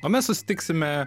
o mes susitiksime